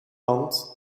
land